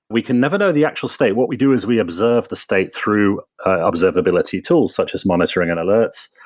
we can never know the actual state. what we do is we observe the state through observability tools, such as monitoring and alerts.